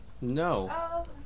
No